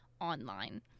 online